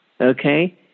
okay